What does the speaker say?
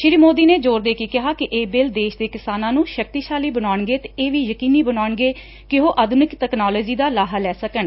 ਸ੍ਰੀ ਮੋਦੀ ਨੇ ਜ਼ੋਰ ਦੇ ਕੇ ਕਿਹਾ ਕਿ ਇਹ ਬਿੱਲ ਦੇਸ਼ ਦੇ ਕਿਸਾਨਾਂ ਨੂੰ ਸ਼ਕਤੀਸ਼ਾਲੀ ਬਣਾਉਣਗੇ ਅਤੇ ਇਹ ਵੀ ਯਕੀਨੀ ਬਣਾਉਣਗੇ ਕਿ ਉਹ ਆਧੁਨਿਕ ਤਕਨਾਲੋਜੀ ਦਾ ਲਾਹਾ ਲੈ ਸਕਣ